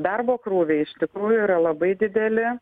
darbo krūviai iš tikrųjų yra labai dideli